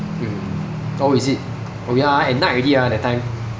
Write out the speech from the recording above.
oh is it oh ya ah at night already ah that time